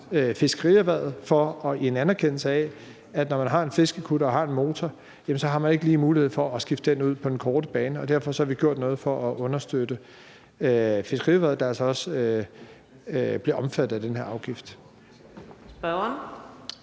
fiskerierhvervet, i anerkendelse af at når man har en fiskekutter og har en motor, har man ikke lige mulighed for at skifte den ud på den korte bane. Derfor har vi gjort noget for at understøtte fiskerierhvervet, der altså også bliver omfattet af den her afgift.